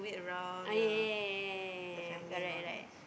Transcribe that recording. ah ya ya ya ya ya ya got it right